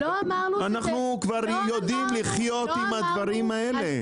אנחנו כבר יודעים לחיות עם הדברים האלה.